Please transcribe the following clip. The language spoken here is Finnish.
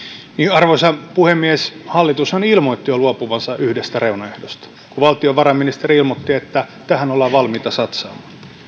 arvoisa puhemies hallitushan ilmoitti jo luopuvansa yhdestä reunaehdosta kun valtiovarainministeri ilmoitti että tähän ollaan valmiita satsaamaan